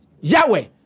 Yahweh